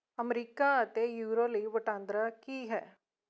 America ਅਤੇ euro ਲਈ ਵਟਾਂਦਰਾ ਕੀ ਹੈ